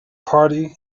party